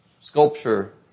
sculpture